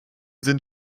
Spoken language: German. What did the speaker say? sind